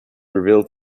revealed